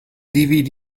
dvd